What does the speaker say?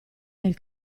del